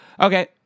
Okay